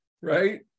right